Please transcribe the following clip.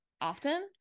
often